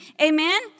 Amen